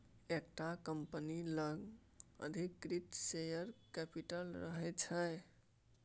एकटा कंपनी लग अधिकृत शेयर कैपिटल रहय छै